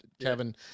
Kevin